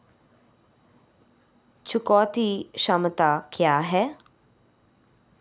चुकौती क्षमता क्या है?